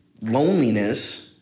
loneliness